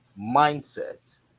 mindset